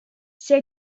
see